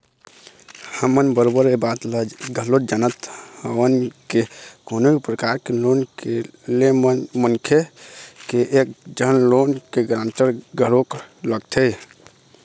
हमन बरोबर ऐ बात ल घलोक जानत हवन के कोनो भी परकार के लोन के ले म मनखे के एक झन लोन के गारंटर घलोक लगथे